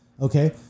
Okay